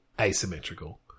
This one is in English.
asymmetrical